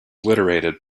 obliterated